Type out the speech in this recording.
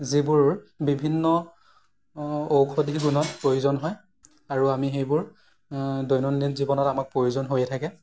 যিবোৰ বিভিন ঔষধি গুণত প্ৰয়োজন হয় আৰু আমি সেইবোৰ দৈনন্দিন জীৱনত আমাক প্ৰয়োজন হৈয়ে থাকে